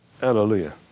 Hallelujah